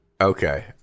Okay